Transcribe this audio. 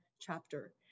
chapter